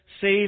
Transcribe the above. save